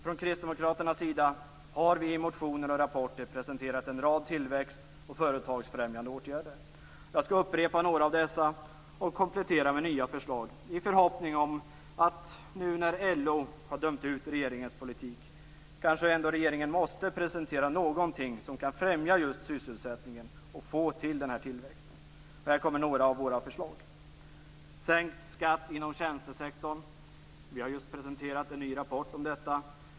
Från Kristdemokraternas sida har vi i motioner och rapporter presenterat en rad tillväxt och företagsfrämjande åtgärder. Jag skall upprepa några av dessa och komplettera med nya, i förhoppningen om att nu när LO har dömt ut regeringens politik kanske ändå regeringen måste presentera någonting som kan främja just sysselsättningen och få till den här tillväxten. Här kommer några av våra förslag: Sänkt skatt inom tjänstesektorn. Vi har just presenterat en ny rapport om detta.